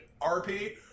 RP